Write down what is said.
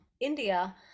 india